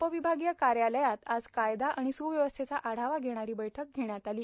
उपविभागीय कार्यालयात आज कायदा आणि स्व्यवस्थेचा आढावा घेणारी बैठक घेण्यात आली